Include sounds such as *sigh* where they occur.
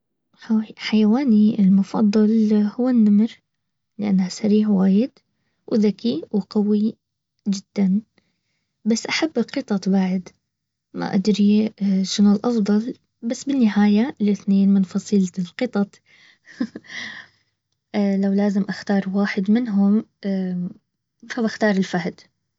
حي-حيواني المفضل هو النمر. لانها سريع وايد وذكي وقوي جدا بس احب القطط بعد ما ادري شنو الافضل بس بالنهاية الاثنين من فصيلة القطط. *laughs* فلو لازم اختار منهم فبختار الفهد